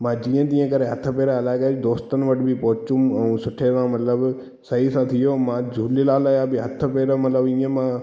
मां जीअं जीअं हथ पेर हलाए करे दोस्तनि वटि बि पहुतमि ऐं सुठे सां मतिलबु सही सां थी वियो मां झूलेलाल जा बि हथ पेर मतिलबु ईअं मां